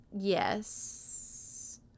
Yes